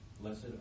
Blessed